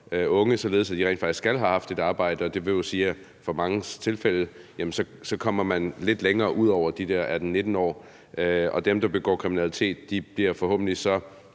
unge, således at de rent faktisk skal have haft et arbejde, og det vil jo sige, at man for manges vedkommende kommer lidt længere ud over de der 18-19 år, og dem, der begår kriminalitet, bliver så forhåbentlig